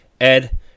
Ed